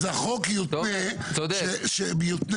אז החוק יותנה בתקציב.